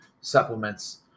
supplements